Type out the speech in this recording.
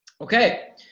Okay